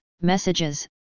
messages